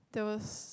there was